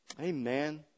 Amen